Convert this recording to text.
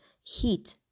heat